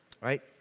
Right